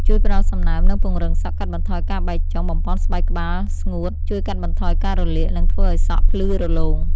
ជួយផ្តល់សំណើម និងពង្រឹងសក់ កាត់បន្ថយការបែកចុង បំប៉នស្បែកក្បាលស្ងួត ជួយកាត់បន្ថយការរលាក និងធ្វើឲ្យសក់ភ្លឺរលោង។